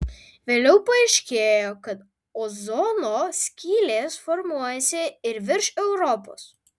vėliau paaiškėjo kad ozono skylės formuojasi ir virš europos